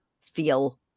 feel